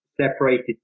separated